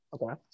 Okay